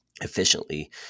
efficiently